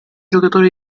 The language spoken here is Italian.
giocatore